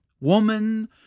Woman